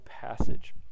passage